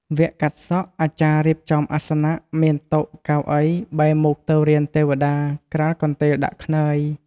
វគ្គកាត់សក់អាចារ្យរៀបចំអាសនៈ មានតុ កៅអី បែរមុខទៅរានទេវតាក្រាលកន្ទេលដាក់ខ្នើយ ។